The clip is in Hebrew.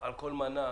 על כל מנה?